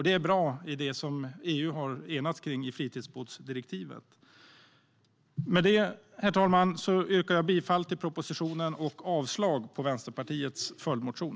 Det är bra i det som EU har enats om i fritidsbåtsdirektivet. Med detta, herr talman, yrkar jag bifall till propositionen och avslag på Vänsterpartiets följdmotion.